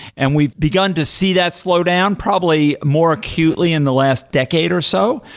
and we've begun to see that slowed down, probably more acutely in the last decade or so,